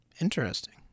Interesting